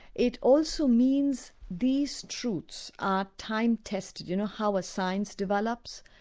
it also means these truths are time-tested. you know how a science develops?